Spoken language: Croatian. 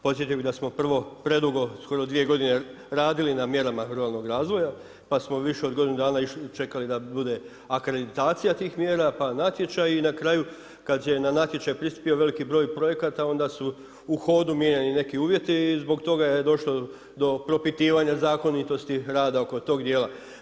Podsjetio bih da smo prvo predugo, skoro dvije godine radili na mjerama ruralnog razvoja, pa smo više od godinu dana čekali da bude akreditacija tih mjera, pa natječaji i na kraju kad je na natječaj prispio veliki broj projekata onda su u hodu mijenjani neki uvjeti i zbog toga je došlo do propitivanja zakonitosti rada oko tog dijela.